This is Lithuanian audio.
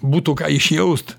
būtų ką išjaust